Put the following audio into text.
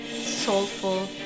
soulful